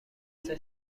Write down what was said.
متصل